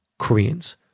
Koreans